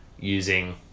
using